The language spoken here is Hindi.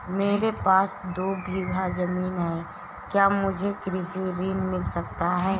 मेरे पास दो बीघा ज़मीन है क्या मुझे कृषि ऋण मिल सकता है?